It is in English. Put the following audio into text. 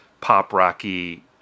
pop-rocky